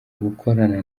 gukorana